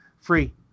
free